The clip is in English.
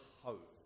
hope